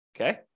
Okay